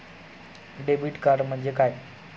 Debit card म्हणजे काय?